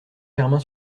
germain